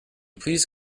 please